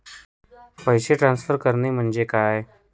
पैसे ट्रान्सफर करणे म्हणजे काय?